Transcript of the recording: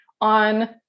on